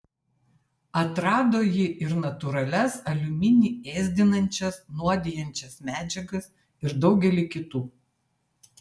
atrado ji ir natūralias aliuminį ėsdinančias nuodijančias medžiagas ir daugelį kitų